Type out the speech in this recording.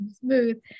smooth